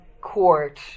court